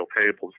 tables